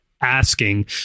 asking